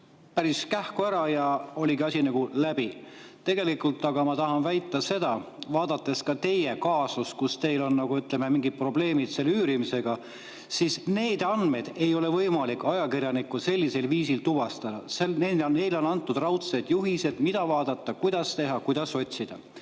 päris kähku ära ja oligi asi nagu läbi. Aga tegelikult ma tahan väita seda, vaadates ka teie kaasust, kus teil on, ütleme, mingid probleemid üürimisega, et neid andmeid ei ole võimalik ajakirjanikul [niisama] tuvastada. Neile on raudselt antud juhised, mida vaadata, kuidas teha, kuidas otsida.